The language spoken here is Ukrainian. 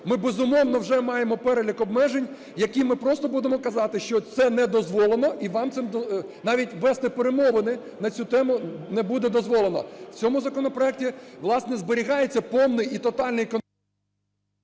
Ми, безумовно, вже маємо перелік обмежень, які ми просто, будемо казати, що це не дозволено, і вам навіть вести перемовини на цю тему не буде дозволено. В цьому законопроекті, власне, зберігається повний і тотальний контроль…